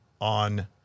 on